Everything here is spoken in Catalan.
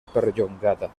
perllongada